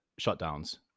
shutdowns